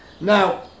Now